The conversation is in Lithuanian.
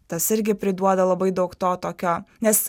tas irgi priduoda labai daug to tokio nes